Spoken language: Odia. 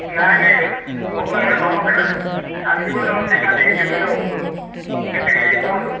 ନାଇଁ ନାଇଁ ମୋ ପାଖରେ ଭଲ ଖାସି ଗୋଟେ ଅଛି ସେ କାଟିକି ଦେବି ଆଉ କେତେ କେଜି କୁହନ୍ତୁ